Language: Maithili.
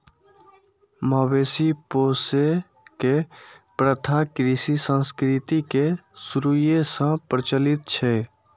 मवेशी पोसै के प्रथा कृषि संस्कृति के शुरूए सं प्रचलित छै